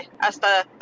hasta